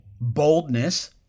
boldness